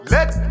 Let